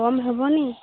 କମ୍ ହେବନି